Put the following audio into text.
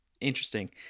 interesting